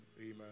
Amen